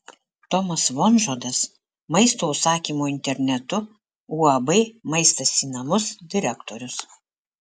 tomas vonžodas maisto užsakymo internetu uab maistas į namus direktorius